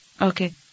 Okay